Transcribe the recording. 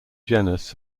genus